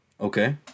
okay